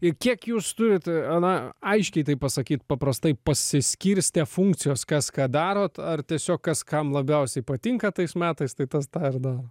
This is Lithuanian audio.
ir kiek jūs turit ana aiškiai tai pasakyt paprastai pasiskirstę funkcijos kas ką darot ar tiesiog kas kam labiausiai patinka tais metais tai tas tą daro